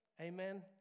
amen